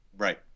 Right